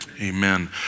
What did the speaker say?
Amen